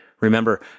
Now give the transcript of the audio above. Remember